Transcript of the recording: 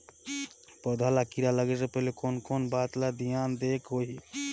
पौध ला कीरा लगे से पहले कोन कोन बात ला धियान देहेक होही?